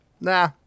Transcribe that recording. nah